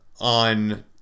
on